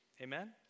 Amen